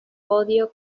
podio